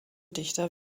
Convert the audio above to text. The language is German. dichter